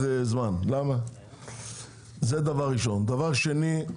דבר שני,